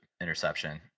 interception